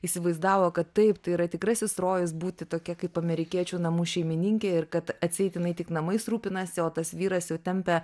įsivaizdavo kad taip tai yra tikrasis rojus būti tokia kaip amerikiečių namų šeimininkė ir kad atseit jinai tik namais rūpinasi o tas vyras jau tempia